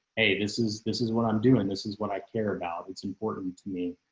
hey, this is, this is what i'm doing. this is what i care about. it's important to me,